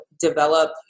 develop